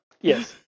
Yes